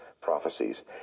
prophecies